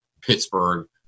Pittsburgh